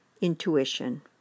intuition